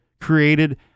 created